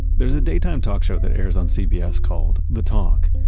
there's a daytime talk show that airs on cbs called the talk.